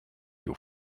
you